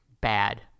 Bad